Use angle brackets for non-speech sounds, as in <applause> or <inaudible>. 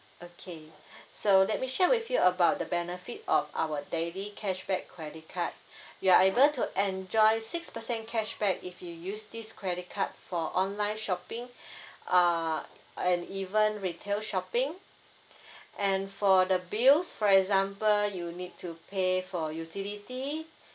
okay so let me share with you about the benefit of our daily cashback credit card <breath> you are able to enjoy six percent cashback if you use this credit card for online shopping <breath> uh and even retail shopping and for the bills for example you need to pay for utility